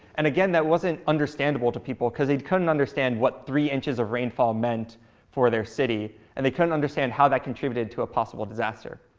and again, that wasn't understandable to people, because they couldn't understand what three inches of rainfall meant for their city. and they couldn't understand how that contributed to a possible disaster.